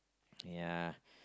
ya